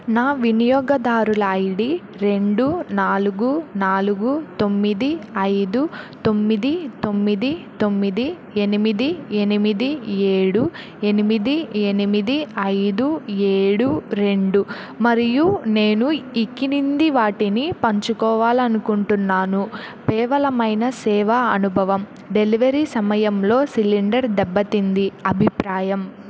నా వినియోగదారుల ఐడి రెండు నాలుగు నాలుగు తొమ్మిది ఐదు తొమ్మిది తొమ్మిది తొమ్మిది ఎనిమిది ఎనిమిది ఏడు ఎనిమిది ఎనిమిది ఐదు ఏడు రెండు మరియు నేను ఈ క్రింది వాటిని పంచుకోవాలనుకుంటున్నాను పేలవమైన సేవా అనుభవం డెలివరీ సమయంలో సిలిండర్ దెబ్బతింది అభిప్రాయం